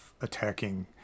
attacking